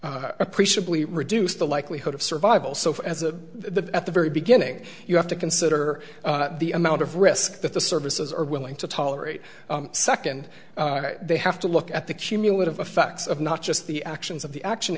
appreciably reduce the likelihood of survival so far as of the at the very beginning you have to consider the amount of risk that the services are willing to tolerate second they have to look at the cumulative effects of not just the actions of the action